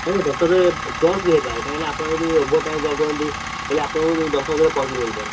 ହଁ ଦଶହଜାର ପ୍ଲସ୍ ବି ହେଇପାରେ କହିକିଁ ନା ଆପଣ ଯଦି ଓଭର ଟାଇମ୍ ଦଶ ହଜାର ପ୍ଲସ୍ ବି ହେଇପାରେ